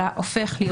אלא הופך להיות חובה.